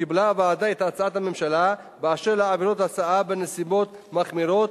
קיבלה הוועדה את הצעת הממשלה באשר לעבירות הסעה בנסיבות מחמירות